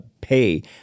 pay